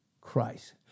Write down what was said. Christ